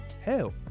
Hell